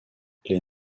les